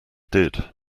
did